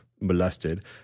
molested